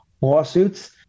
lawsuits